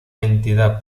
entidad